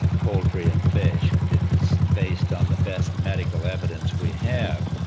poultry and fish. we did this based on the best medical evidence we have.